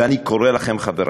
ואני קורא לכם, חברי: